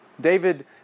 David